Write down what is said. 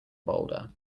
boulder